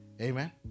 Amen